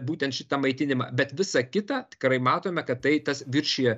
būtent šitą maitinimą bet visa kita tikrai matome kad tai tas viršija